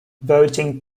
voting